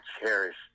cherish